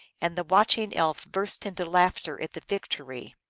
and the watching elf burst into laughter at the victory.